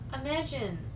imagine